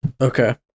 Okay